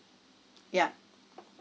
yup